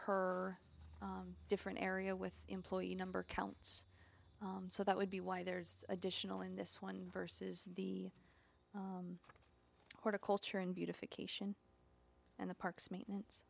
her different area with employee number counts so that would be why there's additional in this one versus the horticulture and beautification and the parks maintenance